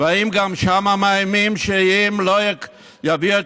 והאם גם שם מאיימים שאם לא יביאו את